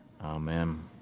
Amen